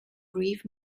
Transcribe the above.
brief